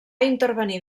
intervenir